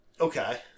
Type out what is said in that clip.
okay